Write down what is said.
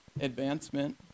advancement